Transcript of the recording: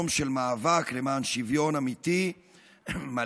יום של מאבק למען שוויון אמיתי מלא.